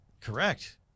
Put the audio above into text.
Correct